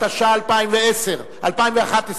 התשע"א 2011,